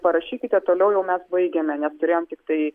parašykite toliau jau mes baigėme nes turėjom tiktai